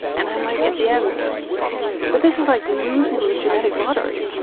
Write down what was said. and i'm like at the end but this is like losing the genetic lottery.